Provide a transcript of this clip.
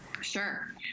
sure